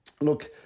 Look